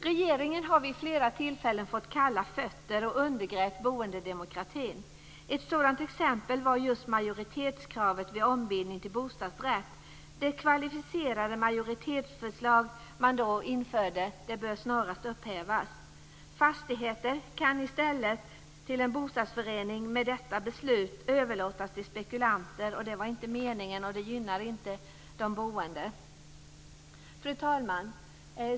Regeringen har vid flera tillfällen fått kalla fötter och undergrävt boendedemokratin. Ett sådant exempel var just majoritetskravet vid ombildning till bostadsrätt. Kravet på kvalificerad majoritet bör snarast upphävas. Med ett sådant beslut kan fastigheter i stället för att överlåtas på en bostadsrättsförening överlåtas till spekulanter. Det var inte meningen, och det gynnar inte de boende. Fru talman!